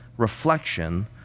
reflection